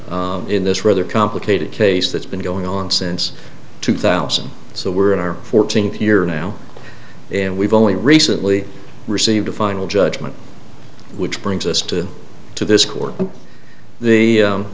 in this rather complicated case that's been going on since two thousand so we're in our fourteenth year now and we've only recently received a final judgment which brings us to to this court the